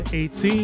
18